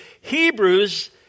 Hebrews